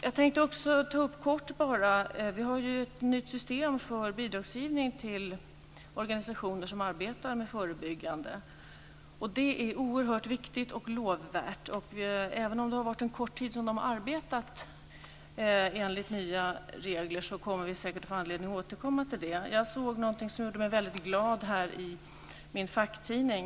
Jag tänkte också ta upp kort bara att vi ju har ett nytt system för bidragsgivning till organisationer som arbetar förebyggande. Det är oerhört viktigt och lovvärt. Även om de har arbetat en kort tid enligt nya regler kommer vi säkert att få anledning att återkomma till det. Jag såg någonting som gjorde mig väldigt glad i min facktidning.